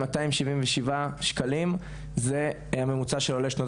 277 שקלים זה הממוצע של עולי שנות